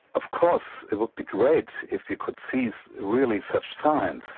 of course it would be great if we could see really such signs,